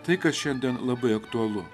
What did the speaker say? tai kas šiandien labai aktualu